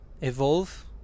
evolve